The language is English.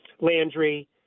Landry